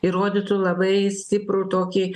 ir rodytų labai stiprų tokį